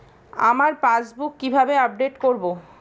আমার পাসবুক কিভাবে আপডেট করবো?